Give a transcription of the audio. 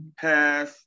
Pass